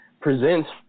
presents